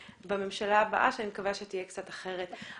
בממשלה הבאה שאני מקווה שתהיה קצת אחרת.